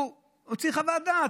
הוא הוציא חוות דעת,